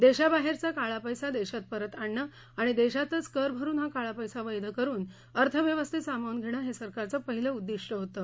देशाबाहेरचा काळा पैसा देशात परत आणणं आणि देशातच कर भरून हा काळा पैसा वैध करून अर्थव्यवस्थेत सामावून घेणं हे सरकारचं पहिलं उद्दीष्ट होतं